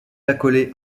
accolée